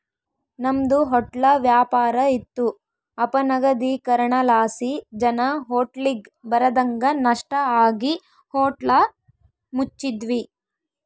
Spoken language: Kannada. ನಮ್ದು ಹೊಟ್ಲ ವ್ಯಾಪಾರ ಇತ್ತು ಅಪನಗದೀಕರಣಲಾಸಿ ಜನ ಹೋಟ್ಲಿಗ್ ಬರದಂಗ ನಷ್ಟ ಆಗಿ ಹೋಟ್ಲ ಮುಚ್ಚಿದ್ವಿ